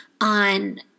on